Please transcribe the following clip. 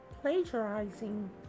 plagiarizing